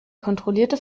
kontrollierte